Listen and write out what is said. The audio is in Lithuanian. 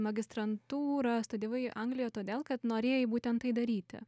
magistrantūrą studijavai anglijoj todėl kad norėjai būtent tai daryti